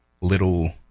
little